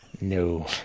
no